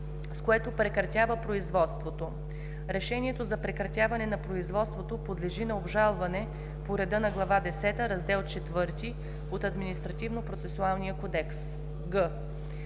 с което прекратява производството. Решението за прекратяване на производството подлежи на обжалване по реда на Глава десета, Раздел IV от Административнопроцесуалния кодекс.”;